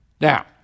Now